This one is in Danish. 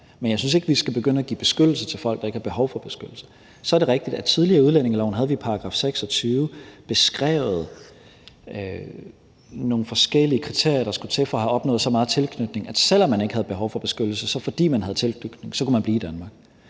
Men jeg synes ikke, vi skal begynde at give beskyttelse til folk, der ikke har behov for beskyttelse. Så er det rigtigt, at vi tidligere i udlændingeloven i § 26 havde beskrevet nogle forskellige kriterier, der skulle til for at have opnået så meget tilknytning, at selv om man ikke havde behov for beskyttelse, kunne man, fordi man havde tilknytning, blive i Danmark.